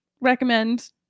recommend